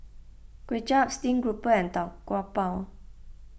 Kway Chap Steamed Grouper and Tau Kwa Pau